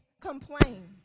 complain